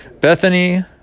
Bethany